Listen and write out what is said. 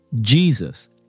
Jesus